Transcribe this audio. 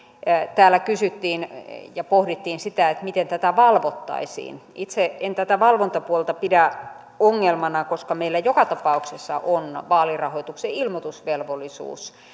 täällä kysyttiin ja pohdittiin sitä miten tätä valvottaisiin itse en tätä valvontapuolta pidä ongelmana koska meillä joka tapauksessa on vaalirahoituksen ilmoitusvelvollisuus